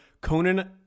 Conan